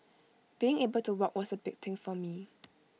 being able to walk was A big thing for me